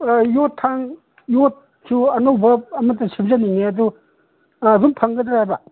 ꯌꯣꯠ ꯊꯥꯡ ꯌꯣꯠꯁꯨ ꯑꯅꯧꯕ ꯑꯃꯠꯇ ꯁꯨꯖꯅꯤꯡꯉꯤ ꯑꯗꯨ ꯑꯗꯨꯝ ꯐꯪꯒꯗ꯭ꯔꯥꯕ